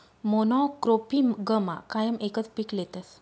मोनॉक्रोपिगमा कायम एकच पीक लेतस